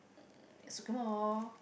at Socremo